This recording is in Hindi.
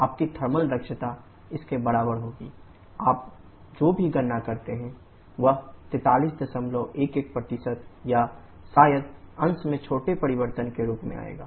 आपकी थर्मल दक्षता इसके बराबर होगी th1 qCqBWnetqB4311 आप जो भी गणना करते हैं वह 4311 या शायद अंश में छोटे परिवर्तन के रूप में आएगा